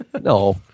No